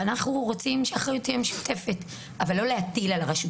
אנחנו רוצים שהאחריות תהיה משותפת אבל לא להטיל על הרשות.